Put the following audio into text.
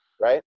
right